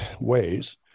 ways